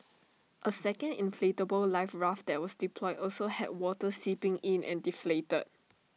A second inflatable life raft that was deployed also had water seeping in and deflated